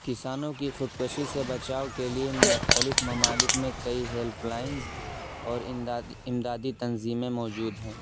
کسانوں کی خودکشی سے بچاؤ کے لیے مختلف ممالک میں کئی ہیلپ لائن اور امدادی امدادی تنظیمیں موجود ہیں